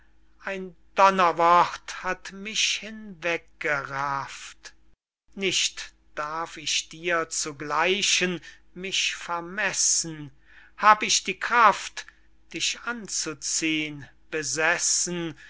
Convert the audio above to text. ein donnerwort hat mich hinweggerafft nicht darf ich dir zu gleichen mich vermessen hab ich die kraft dich anzuziehn besessen